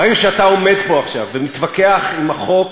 ברגע שאתה עומד פה עכשיו ומתווכח עם החוק